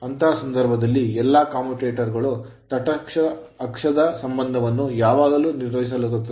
ಅಂತಹ ಸಂದರ್ಭದಲ್ಲಿ ಎಲ್ಲಾ ಕಮ್ಯೂಟರೇಟರ್ ಗಳು ತಟಸ್ಥ ಅಕ್ಷದ ಮೂಲಕ ಹಾದುಹೋಗುತ್ತವೆ